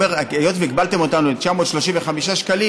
אומרים: היות שהגבלתם אותנו ל-935 שקלים,